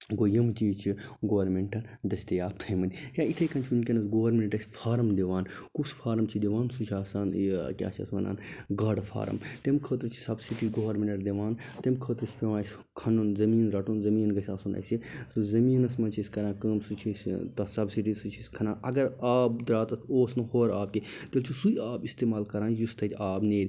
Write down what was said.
گوٚو یم چیٖز چھِ گورمنٹَن دستیاب تھٲیمتۍ یا یِتھے کٔنۍ چھُ وُنٛکیٚن گورمیٚنٛٹ اسہِ فارم دِوان کُس فارم چھُ دِوان سُہ چھُ آسان یہِ کیٛاہ چھِ اتھ ونان گاڑٕ فارَم تَمہِ خٲطرٕ چھِ سبسڈی گورمیٚنٛٹ دِوان تَمہِ خٲطرٕ چھُ پیٚوان اسہِ کھَنُن زمیٖن رَٹُن زمیٖن گَژھہِ آسُن اسہِ زمیٖنَس منٛز چھِ أسۍ کران کٲم سُہ چھِ أسۍ ٲں تتھ سبسڈی سُہ چھِ أسۍ کھَنان اگر آب درٛاو تتھ اوس نہٕ ہورٕ آب کیٚنٛہہ تیٚلہِ چھِ سُے آب استعمال کران یُس تتہِ آب نیرِ